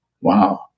Wow